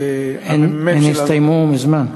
הן נסתיימו מזמן.